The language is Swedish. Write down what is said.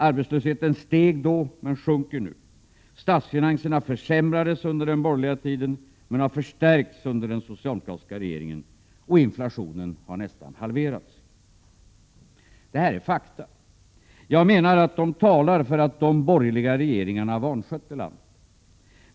Arbetslösheten steg då, men sjunker nu. Statsfinanserna försämrades under den borgerliga tiden, men har förstärkts under den socialdemokratiska regeringstiden. Och inflationen har nästan halverats. Detta är fakta. Jag menar att de talar för att de borgerliga regeringarna vanskötte landet.